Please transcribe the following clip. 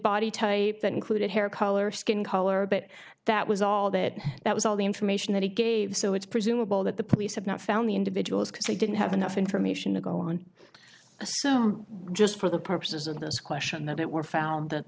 body type that included hair color skin color but that was all that and that was all the information that he gave so it's presumable that the police have not found the individuals because they didn't have enough information to go on so just for the purposes of this question that it were found that